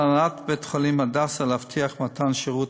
על הנהלת בית-חולים "הדסה" להבטיח מתן שירות